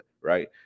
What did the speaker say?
right